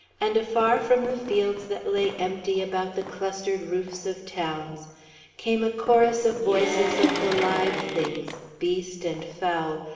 and afar from the fields that lay empty about the clustered roofs of towns came a chorus of voices of the live things, beast and fowl,